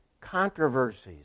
controversies